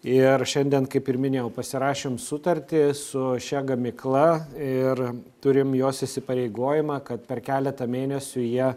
ir šiandien kaip ir minėjau pasirašėm sutartį su šia gamykla ir turim jos įsipareigojimą kad per keletą mėnesių jie